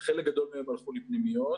חלק גדול מהם הלכו לפנימיות,